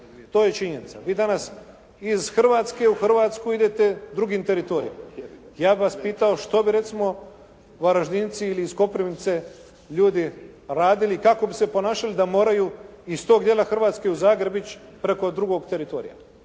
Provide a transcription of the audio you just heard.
To je činjenica. Vi danas iz Hrvatske u Hrvatsku idete drugim teritorijem. Ja bih vas pitao što bi recimo Varaždinci ili iz Koprivnice, ljudi radili i kako bi se ponašali da moraju iz toga dijela Hrvatske u Zagreb ići preko drugog teritorija.